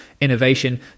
Innovation